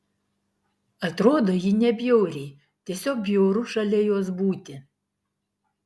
atrodo ji nebjauriai tiesiog bjauru šalia jos būti